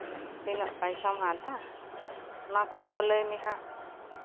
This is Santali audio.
ᱛᱤᱱᱟᱹᱜ ᱯᱚᱭᱥᱟᱢ ᱦᱟᱛᱟᱣᱟ ᱚᱱᱟ ᱠᱚᱦᱚᱸ ᱞᱟᱹᱭᱢᱮ ᱦᱟᱸᱜ